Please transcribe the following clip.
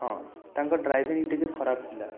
ହଁ ତାଙ୍କ ଡ୍ରାଇଭିଙ୍ଗ୍ ଟିକିଏ ଖରାପ ଥିଲା